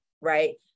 right